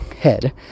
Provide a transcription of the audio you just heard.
head